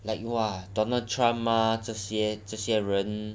like !wah! donald trump ah 这些这些人